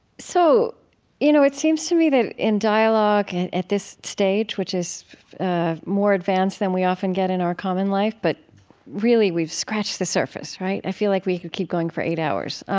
so you know, it seems to me that in dialogue at at this stage, which is more advanced than we often get in our common life. but really we've scratched the surface, right? i feel like we could keep going for eight hours.